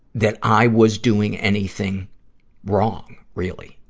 that i was doing anything wrong, really.